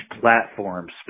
platforms